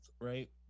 right